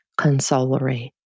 consolery